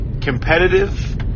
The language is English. competitive